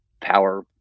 power